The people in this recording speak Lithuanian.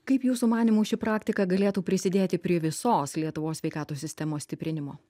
kaip jūsų manymu ši praktika galėtų prisidėti prie visos lietuvos sveikatos sistemos stiprinimo